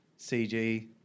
CG